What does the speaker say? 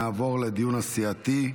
נעבור לדיון הסיעתי.